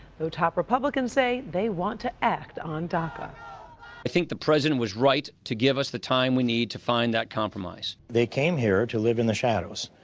top republicans say they want to act on daca. i think the president was right to give us the time we need to find the compromise. they came here to live in the shadows,